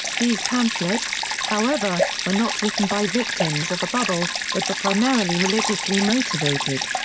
these pamphlets, however, were not written by victims of a bubble, but were primarily religiously motivated.